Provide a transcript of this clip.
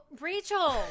Rachel